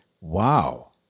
Wow